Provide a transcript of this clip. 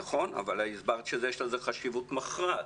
נכון, אבל הסברת שיש לזה חשיבות מכרעת.